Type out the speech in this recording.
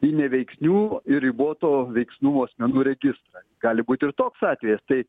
į neveiksnių ir riboto veiksnumo asmenų registrą gali būti ir toks atvejis tai